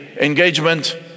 Engagement